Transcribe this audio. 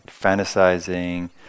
Fantasizing